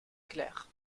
clair